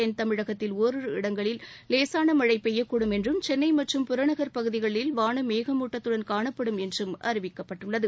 தென்தமிழகத்தில் ஒரிரு இடங்களில் லேசான மழை பெய்யக்கூடும் என்றும் சென்னை மற்றும் புறநகர் பகுதிகளில் வானம் மேகமுட்டத்துடன் காணப்படும் என்றும் அறிவிக்கப்பட்டுள்ளது